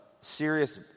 serious